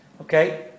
Okay